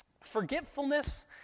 Forgetfulness